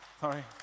Sorry